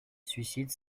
suicide